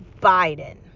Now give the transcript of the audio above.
Biden